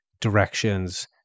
directions